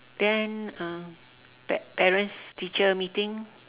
then uh pa~ parents teacher meeting